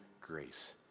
grace